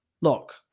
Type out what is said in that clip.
look